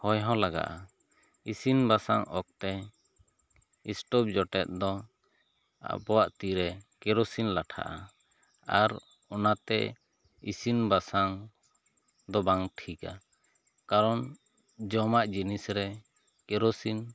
ᱦᱚᱭ ᱦᱚᱸ ᱞᱟᱜᱟᱜᱼᱟ ᱤᱥᱤᱱ ᱵᱟᱥᱟᱝ ᱚᱠᱛᱮ ᱤᱥᱴᱚᱯ ᱡᱚᱴᱮᱫ ᱫᱚ ᱟᱵᱚᱣᱟᱜ ᱛᱤ ᱨᱮ ᱠᱮᱨᱚᱥᱤᱱ ᱞᱟᱴᱷᱟᱜᱼᱟ ᱟᱨ ᱚᱱᱟᱛᱮ ᱤᱥᱤᱱ ᱵᱟᱥᱟᱝ ᱫᱚ ᱵᱟᱝ ᱴᱷᱤᱠᱟ ᱠᱟᱨᱚᱱ ᱡᱚᱢᱟᱜ ᱡᱤᱱᱤᱥ ᱨᱮ ᱠᱮᱨᱚᱥᱤᱱ